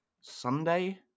Sunday